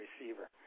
receiver